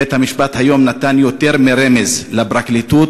בית-המשפט נתן היום יותר מרמז לפרקליטות